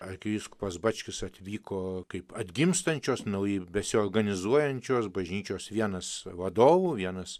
arkivyskupas bačkis atvyko kaip atgimstančios naujai besiorganizuojančios bažnyčios vienas vadovų vienas